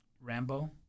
Rambo